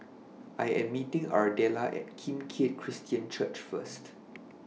I Am meeting Ardella At Kim Keat Christian Church First